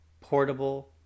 portable